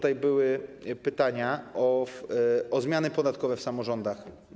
Padły pytania o zmiany podatkowe w samorządach.